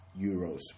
euros